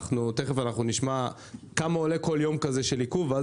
תכף נשמע כמה עולה כל יום כזה של עיכוב ואז